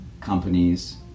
companies